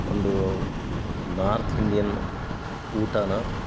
ಒಂದು north Indian ಊಟನ